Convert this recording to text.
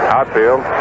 Outfield